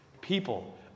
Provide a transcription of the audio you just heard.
people